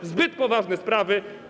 To zbyt poważne sprawy.